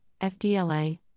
FDLA